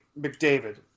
McDavid